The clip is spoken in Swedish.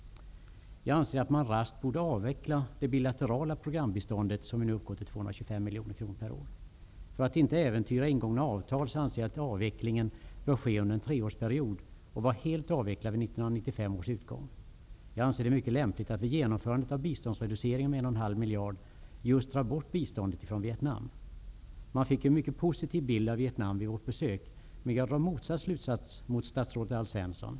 Jag anser att man raskt borde avveckla det bilaterala programbiståndet, som nu uppgår till 225 miljoner kronor per år. För att inte äventyra ingångna avtal anser jag att avvecklingen bör ske under en treårsperiod och vara helt slutförd vid 1995 års utgång. Jag anser det mycket lämpligt att vid genomförandet av biståndsreduceringen med en och en halv miljard just dra bort biståndet från Vi fick en mycket positiv bild av Vietnam vid vårt besök. Men jag drar motsatt slutsats jämfört med statsrådet Alf Svensson.